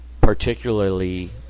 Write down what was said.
particularly